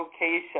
location